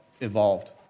evolved